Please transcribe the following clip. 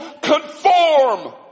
conform